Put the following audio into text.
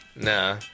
Nah